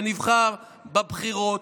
שנבחר בבחירות,